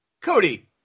Cody